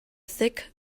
thick